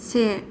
से